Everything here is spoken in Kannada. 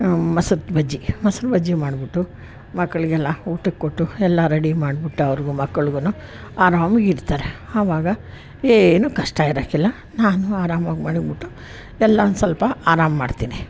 ಮೊಸರು ಬಜ್ಜಿ ಮೊಸ್ರು ಬಜ್ಜಿ ಮಾಡಿಬಿಟ್ಟು ಮಕ್ಕಳಿಗೆಲ್ಲ ಊಟಕ್ಕೆ ಕೊಟ್ಟು ಎಲ್ಲ ರೆಡಿ ಮಾಡ್ಬಿಟ್ಟು ಅವ್ರಿಗೂ ಮಕ್ಕಳಿಗೂ ಆರಾಮಾಗಿರ್ತಾರೆ ಅವಾಗ ಏನು ಕಷ್ಟ ಇರಕ್ಕಿಲ್ಲ ನಾನು ಆರಾಮಾಗಿ ಮಡಗಿಬಿಟ್ಟು ಎಲ್ಲ ಒಂದು ಸ್ವಲ್ಪ ಆರಾಮ ಮಾಡ್ತೀನಿ